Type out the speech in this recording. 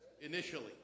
initially